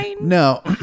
No